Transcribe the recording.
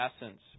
essence